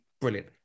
brilliant